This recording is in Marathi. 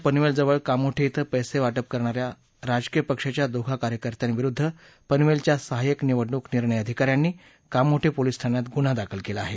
पनवेल जवळ कामोठे इथं पस्तीवाटप करणाऱ्या राजकीय पक्षाच्या दोघा कार्यकर्त्याविरुध्द पनवेलच्या सहायक निवडणूक निर्णय अधिकाऱ्यांनी कामोठे पोलीस ठाण्यात गुन्हा दाखल केला आहे